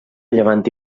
llevant